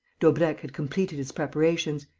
daubrecq had completed his preparations.